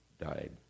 died